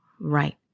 Right